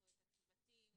מעניינים.